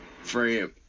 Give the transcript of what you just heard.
friend